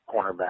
cornerback